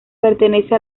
pertenece